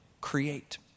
create